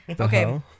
Okay